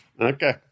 Okay